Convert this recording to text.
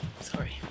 Sorry